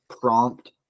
prompt